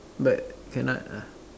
but cannot ah